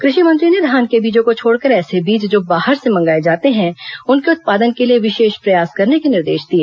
कृषि मंत्री ने धान के बीजों को छोड़कर ऐसे बीज जो बाहर से मंगाए जाते हैं उनके उत्पादन के लिए विशेष प्रयास करने के निर्देश दिए